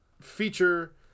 feature